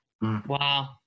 Wow